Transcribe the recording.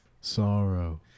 sorrow